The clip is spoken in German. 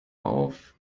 auf